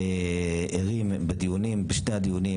ערים בשני הדיונים,